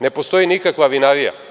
Ne postoji nikakva vinarija.